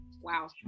wow